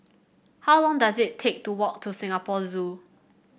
how long does it take to walk to Singapore Zoo